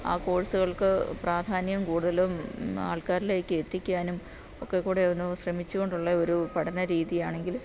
ആ കോഴ്സുകൾക്ക് പ്രാധാന്യം കൂടുതലും ആൾക്കാരിലേക്ക് എത്തിക്കാനും ഒക്കെ കൂടെ ഒന്ന് ശ്രമിച്ചുകൊണ്ടുള്ള ഒരു പഠന രീതിയാണെങ്കിൽ